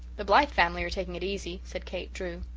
the blythe family are taking it easy, said kate drew.